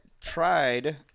tried